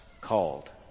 called